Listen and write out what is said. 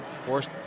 Forced